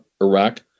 Iraq